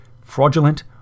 fraudulent